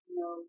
no